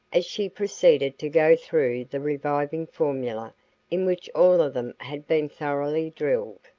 as she proceeded to go through the reviving formula in which all of them had been thoroughly drilled.